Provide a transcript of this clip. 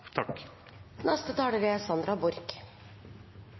er det representanten Sandra Borch